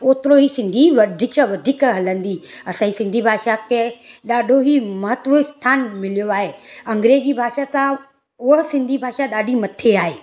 ओतिरो ई सिंधी वधीक वधीक हलंदी असांजी सिंधी भाषा खे ॾाढो ई महत्व स्थान मिलियो आहे अंग्रेजी भाषा तव्हां उहो सिंधी भाषा ॾाढी मथे आहे